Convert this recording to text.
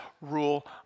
rule